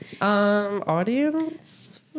Audience